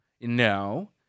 No